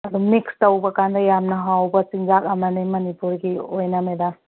ꯑꯗꯨꯝ ꯃꯤꯛꯁ ꯇꯧꯕ ꯀꯥꯟꯗ ꯌꯥꯝꯅ ꯍꯥꯎꯕ ꯆꯤꯟꯖꯥꯛ ꯑꯃꯅꯤ ꯃꯅꯤꯄꯨꯔꯒꯤ ꯑꯣꯏꯅ ꯃꯦꯗꯥꯝ